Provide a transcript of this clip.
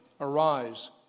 Arise